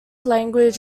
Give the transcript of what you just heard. language